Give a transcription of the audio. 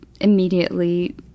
immediately